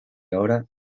ahora